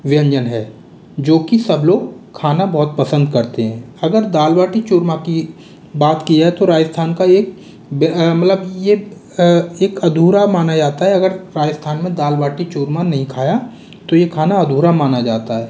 व्यंजन है जो की सब लोग खाना बहुत पसंद करते हैं अगर दाल बाटी चूरमा की बात की जाए तो राजस्थान का एक मतलब यह एक अधूरा माना जाता है अगर राजस्थान में दाल बाटी चूरमा नहीं खाया तो यह खाना अधूरा माना जाता है